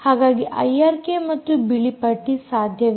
ಹಾಗಾಗಿ ಐಆರ್ಕೆ ಮತ್ತು ಬಿಳಿ ಪಟ್ಟಿ ಸಾಧ್ಯವಿದೆ